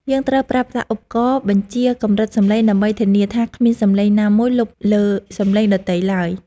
យើងត្រូវប្រើប្រាស់ឧបករណ៍បញ្ជាកម្រិតសំឡេងដើម្បីធានាថាគ្មានសំឡេងណាមួយលុបលើសំឡេងដទៃឡើយ។